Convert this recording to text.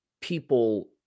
people